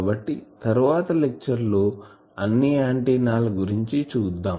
కాబట్టి తరువాత లెక్చర్ లో అన్ని ఆంటిన్నాల గురించి చూద్దాం